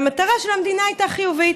והמטרה של המדינה הייתה חיובית.